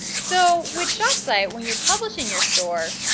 so with shopsite when you're publishing your store,